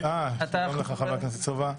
שלום לך, חבר הכנסת סובה.